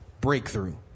breakthrough